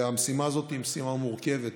והמשימה הזאת היא משימה מורכבת,